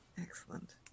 Excellent